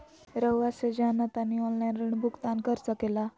रहुआ से जाना तानी ऑनलाइन ऋण भुगतान कर सके ला?